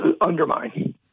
undermine